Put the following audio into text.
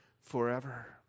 forever